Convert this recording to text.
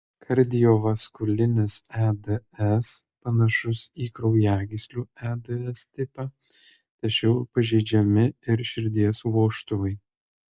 kardiovaskulinis eds panašus į kraujagyslių eds tipą tačiau pažeidžiami ir širdies vožtuvai